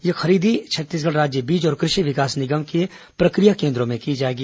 यह खरीदी छत्तीसगढ़ राज्य बीज और कृषि विकास निगम के प्रक्रिया केन्द्रों में की जाएगी